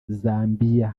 zambiya